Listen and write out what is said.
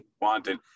wanted